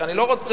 אני לא רוצה,